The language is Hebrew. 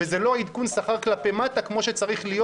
וזה לא עדכון שכר כלפי מטה כמו שצריך להיות